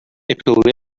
epilepsy